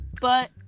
but-